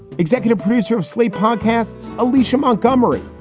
executive producer of slate podcasts, alicia montgomery,